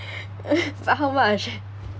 but how much